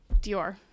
Dior